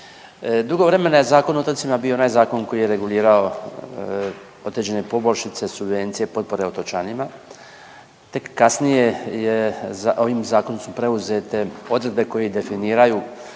Dugo vremena je Zakon o otocima bio onaj zakon koji je regulirao određene poboljšice, subvencije, potpore otočanima, tek kasnije ovim zakonom su preuzete odredbe koje definiraju